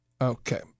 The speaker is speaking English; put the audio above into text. Okay